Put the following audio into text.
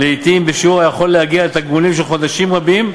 לעתים בשיעור שיכול להגיע לתגמולים של חודשים רבים,